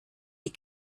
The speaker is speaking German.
die